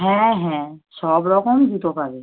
হ্যাঁ হ্যাঁ সব রকম জুতো পাবে